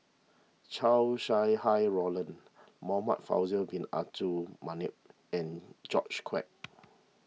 Chow Sau Hai Roland Muhamad Faisal Bin Abdul Manap and George Quek